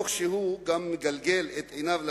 תוך שהוא גם מגלגל את עיניו לשמים,